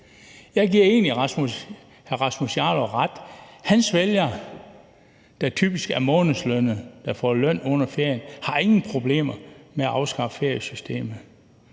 Jeg giver egentlig hr. Rasmus Jarlov ret. Hans vælgere, der typisk er månedslønnede, og som får løn under ferien, har ingen problemer med, at feriepengesystemet